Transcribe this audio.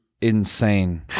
insane